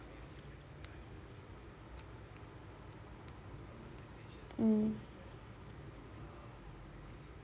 mm